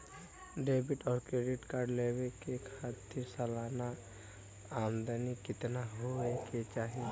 Debit और credit card लेवे के खातिर सलाना आमदनी कितना हो ये के चाही?